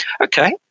okay